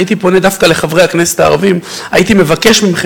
הייתי פונה דווקא אל חברי הכנסת הערבים: הייתי מבקש מכם